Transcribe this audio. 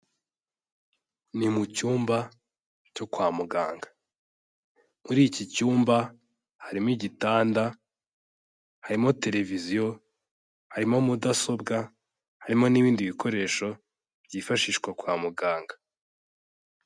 Ni mu cyumba cyo kwa muganga. Muri iki cyumba, harimo igitanda, harimo televiziyo, harimo mudasobwa, harimo n'ibindi bikoresho byifashishwa kwa muganga.